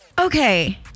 okay